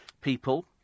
people